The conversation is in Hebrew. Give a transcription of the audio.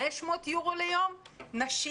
500 יורו ליום, נשים